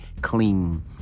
clean